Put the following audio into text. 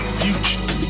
future